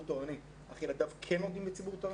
תורני אך ילדיו כן לומדים בציבור תורני.